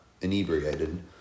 inebriated